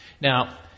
Now